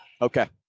Okay